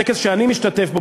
טקס שאני משתתף בו,